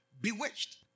bewitched